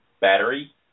battery